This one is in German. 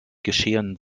geschehen